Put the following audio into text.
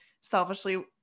selfishly